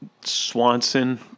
Swanson